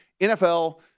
NFL